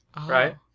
Right